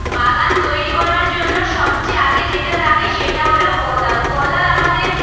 বাগান তৈরি করার জন্য সবচেয়ে আগে যেটা লাগে সেটা হলো কোদাল কোদাল আমাদের